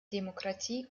demokratie